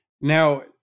Now